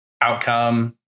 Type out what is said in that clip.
outcome